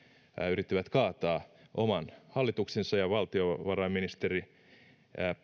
yrittivät kaataa oman hallituksensa ja valtiovarainministeri